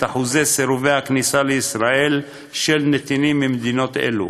אחוזי סירובי הכניסה לישראל של נתינים ממדינות אלו.